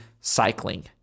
cycling